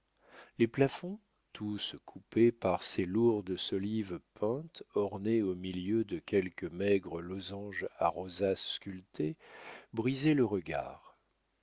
les plafonds tous coupés par ces lourdes solives peintes ornées au milieu de quelques maigres lozanges à rosaces sculptées brisaient le regard